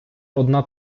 одна